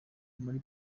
muri